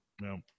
No